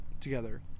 together